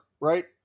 right